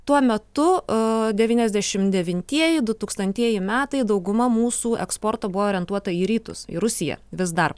tuo metu devyniasdešim devintieji du tūkstantieji metai dauguma mūsų eksporto buvo orientuota į rytus į rusiją vis dar